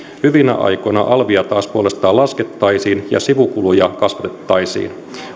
hyvinä aikoina alvia taas puolestaan laskettaisiin ja sivukuluja kasvatettaisiin